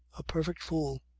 a perfect fool.